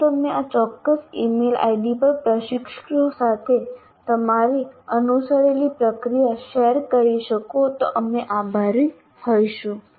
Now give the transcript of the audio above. જો તમે આ ચોક્કસ ઇમેઇલ ID પર પ્રશિક્ષકો સાથે તમે અનુસરેલી પ્રક્રિયા શેર કરી શકો તો અમે આભારી હોઈશું